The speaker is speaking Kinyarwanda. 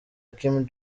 kim